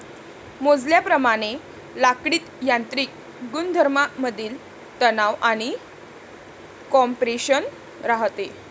मोजल्याप्रमाणे लाकडीत यांत्रिक गुणधर्मांमधील तणाव आणि कॉम्प्रेशन राहते